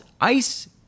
ice